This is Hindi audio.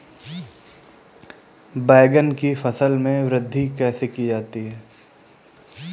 बैंगन की फसल में वृद्धि कैसे की जाती है?